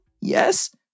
yes